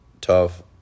tough